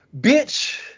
bitch